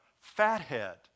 fathead